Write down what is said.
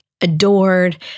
adored